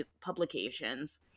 publications